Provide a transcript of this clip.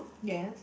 yes